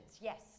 yes